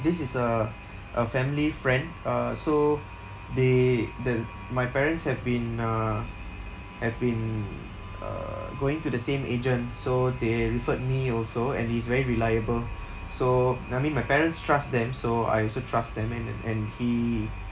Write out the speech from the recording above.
this is a a family friend uh so they the my parents have been uh have been uh going to the same agent so they referred me also and he's very reliable so I mean my parents trust them so I also trust them and uh and he